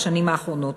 בשנים האחרונות.